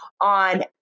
on